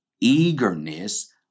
eagerness